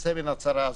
ונצא מהצרה הזו.